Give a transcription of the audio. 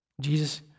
Jesus